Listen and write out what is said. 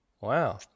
Wow